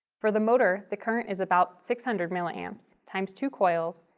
for the motor, the current is about six hundred ma, like times times two coils,